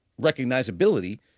recognizability